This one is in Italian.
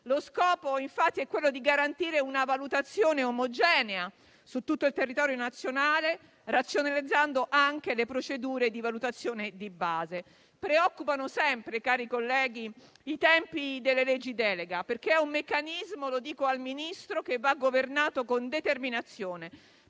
Lo scopo, infatti, è garantire una valutazione omogenea su tutto il territorio nazionale, razionalizzando anche le procedure di valutazione di base. Preoccupano sempre, cari colleghi, i tempi delle leggi delega, perché è un meccanismo - lo dico al Ministro - che va governato con determinazione.